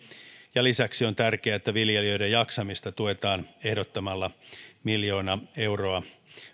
ja lisäksi on tärkeää että viljelijöiden jaksamista tuetaan ehdottamalla miljoona euroa